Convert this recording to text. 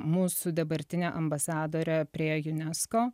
mūsų dabartinę ambasadorę prie unesco